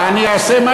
אם אין לך כוח אז,